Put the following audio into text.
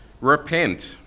Repent